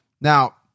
Now